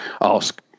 ask